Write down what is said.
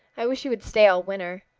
i wish he would stay all winter.